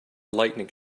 lightening